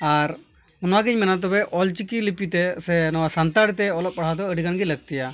ᱟᱨ ᱚᱱᱟᱜᱮᱧ ᱢᱮᱱᱟ ᱚᱞᱪᱤᱠᱤ ᱞᱤᱯᱤᱛᱮ ᱥᱮ ᱱᱚᱣᱟ ᱥᱟᱱᱛᱟᱲᱤᱛᱮ ᱚᱞᱚᱜ ᱯᱟᱲᱦᱟᱜᱫᱚ ᱟᱹᱰᱤᱜᱟᱱᱜᱮ ᱞᱟᱹᱠᱛᱤᱭᱟ